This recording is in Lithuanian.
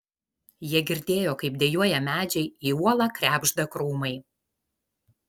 jie girdėjo kaip dejuoja medžiai į uolą krebžda krūmai